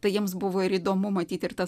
tai jiems buvo ir įdomu matyti ir tas